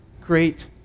great